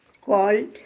called